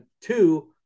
two